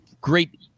great